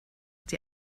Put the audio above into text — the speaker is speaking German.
die